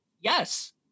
Yes